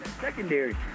secondary